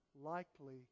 likely